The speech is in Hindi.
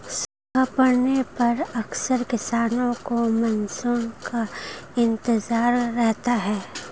सूखा पड़ने पर अक्सर किसानों को मानसून का इंतजार रहता है